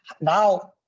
now